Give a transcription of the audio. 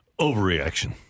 Overreaction